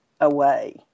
away